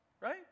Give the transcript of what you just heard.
right